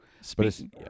Speaking